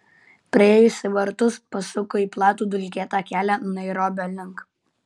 priėjusi vartus pasuko į platų dulkėtą kelią nairobio link